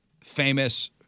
famous